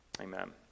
amen